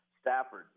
Stafford